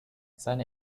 seine